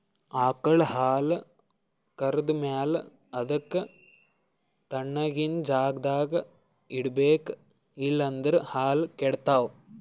ಆಕಳ್ ಹಾಲ್ ಕರ್ದ್ ಮ್ಯಾಲ ಅದಕ್ಕ್ ತಣ್ಣಗಿನ್ ಜಾಗ್ದಾಗ್ ಇಡ್ಬೇಕ್ ಇಲ್ಲಂದ್ರ ಹಾಲ್ ಕೆಡ್ತಾವ್